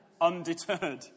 undeterred